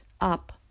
up